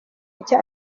nshya